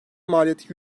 maliyeti